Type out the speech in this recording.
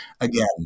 again